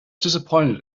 disappointed